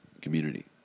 community